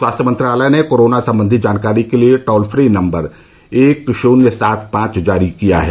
स्वास्थ्य मंत्रालय ने कोरोना सम्बंधी जानकारी के लिए टोल फ्री नम्बर एक शून्य सात पांच जारी किया है